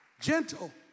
Gentle